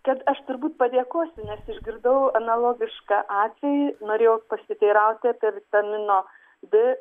kad aš turbūt padėkosiu nes išgirdau analogišką atvejį norėjau pasiteirauti apie vitamino d